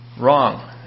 Wrong